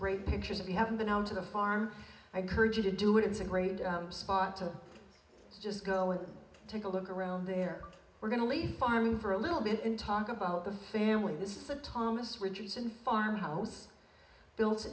great pictures if you haven't been to the farm i courage to do it it's a great spot to just go and take a look around there we're going to leave farming for a little bit and talk about the family this said thomas richardson farmhouse built